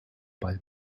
bei